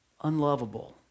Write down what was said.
unlovable